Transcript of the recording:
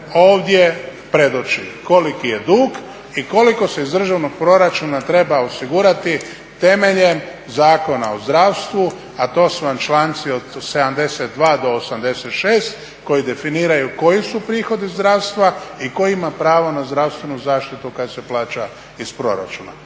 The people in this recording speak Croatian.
ovdje predoči koliki je dug i koliko se iz državnog proračuna treba osigurati temeljem Zakona o zdravstvu, a to su vam članci od 72. do 86. koji definiraju koji su prihodi zdravstva i tko ima pravo na zdravstvenu zaštitu kad se plaća iz proračuna